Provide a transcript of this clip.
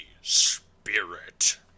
spirit